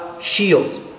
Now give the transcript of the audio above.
shield